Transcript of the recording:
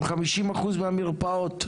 עם חמישים אחוז מהמרפאות,